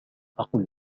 أقل